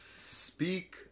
Speak